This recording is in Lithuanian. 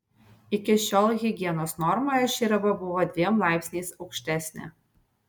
iki šiol higienos normoje ši riba buvo dviem laipsniais aukštesnė